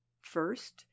First